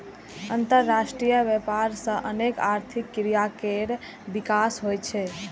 अंतरराष्ट्रीय व्यापार सं अनेक आर्थिक क्रिया केर विकास होइ छै